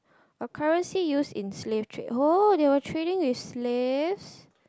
a currency used in slave trade oh they were trading with slaves